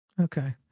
Okay